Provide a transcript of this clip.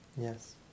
Yes